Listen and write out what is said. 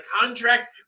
contract